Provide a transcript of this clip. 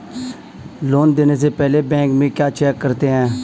Loan देने से पहले बैंक में क्या चेक करते हैं?